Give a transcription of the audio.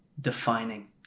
defining